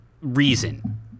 reason